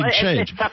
change